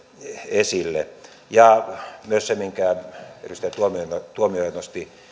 esille ja myös se minkä edustaja tuomioja tuomioja nosti